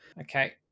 Okay